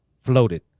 floated